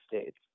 States